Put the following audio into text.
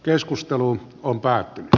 keskusteluun on päätetty